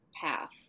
path